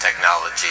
technology